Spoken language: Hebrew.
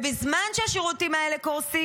בזמן שהשירותים האלה קורסים,